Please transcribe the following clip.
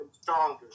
stronger